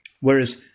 whereas